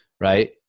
right